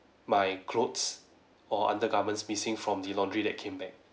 my clothes or undergarments missing from the laundry that came back